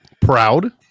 proud